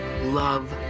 love